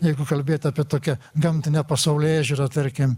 jeigu kalbėt apie tokią gamtinę pasaulėžiūrą tarkim